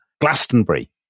Glastonbury